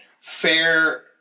fair